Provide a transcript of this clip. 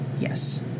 yes